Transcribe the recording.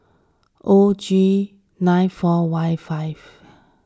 O G nine four Y five